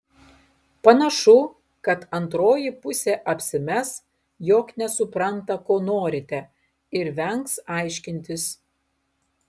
panašu kad antroji pusė apsimes jog nesupranta ko norite ir vengs aiškintis